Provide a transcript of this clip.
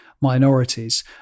Minorities